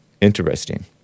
Interesting